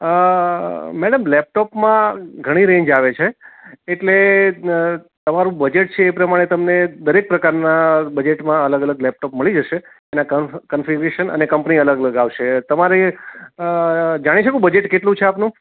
madam લેપટોપમાં ઘણી range આવે છે એટલે તમારું બજેટ છે એ પ્રમાણે તમને દરેક પ્રકારના બજેટમાં અલગ અલગ લેપટોપ મળી જશે અને કન્ફ કન્ફિગરેશન અને કંપની અલગ અલગ આવશે તમારી જાણી શકું બજેટ કેટલું છે આપનું